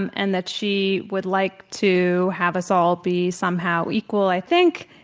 and and that she would like to have us all be somehow equal. i think